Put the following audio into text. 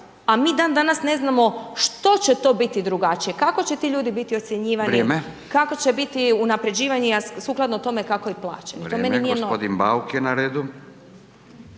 a mi dan danas ne znamo što će to biti drugačije, kako će ti ljudi biti ocjenjivani, kako će biti unapređivanje a sukladno tako kako je plaćeno. To meni nije normalno.